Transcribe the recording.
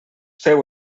féu